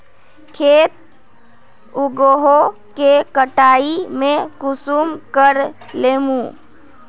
खेत उगोहो के कटाई में कुंसम करे लेमु?